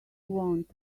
want